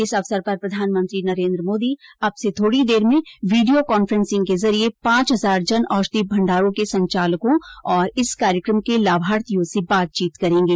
इस अवसर पर प्रधानमंत्री नरेन्द्र मोदी अब से थोड़ी में वीडियो कांफ्रेंसिंग के जरिये पांच हजार जन औषधि भण्डारों के संचालकों और इस कार्यक्रम के लाभार्थियों से बातचीत करेंगे